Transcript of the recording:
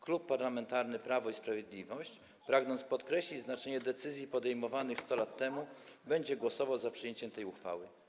Klub Parlamentarny Prawo i Sprawiedliwość, pragnąc podkreślić znaczenie decyzji podejmowanych 100 lat temu, będzie głosował za przyjęciem tej uchwały.